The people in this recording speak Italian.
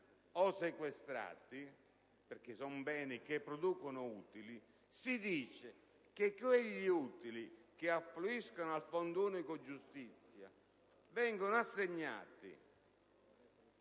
o sequestrati - perché sono beni che producono utili - si dice che quegli utili che affluiscono al Fondo unico giustizia vengono assegnati